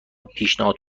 پیشنهاد